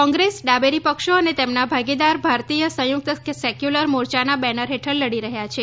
કોંગ્રેસ ડાબેરી પક્ષો અને તેમના ભાગીદાર ભારતીય સંયુક્ત સેક્વ્રલર મોરચાના બેનર હેઠળ લડી રહ્યા છે